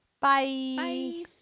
Bye